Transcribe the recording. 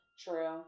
True